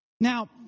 Now